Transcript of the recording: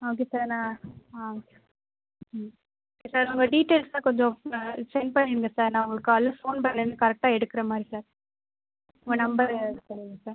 ஆ okay sir நான் ஆ ம் ஓகே சார் உங்கள் டீடெயில்ஸுலாம் கொஞ்சம் சென்ட் பண்ணிவிடுங்க சார் நான் உங்களுக்கு காலையில் ஃபோன் பண்ணோடன கரெக்டாக எடுக்கிற மாதிரி சார் உங்கள் நம்பர் கொடுங்க சார்